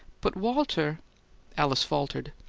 but walter alice faltered.